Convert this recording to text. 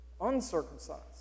uncircumcised